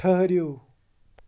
ٹھٔہرِو